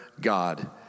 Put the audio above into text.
God